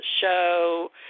show